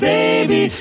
Baby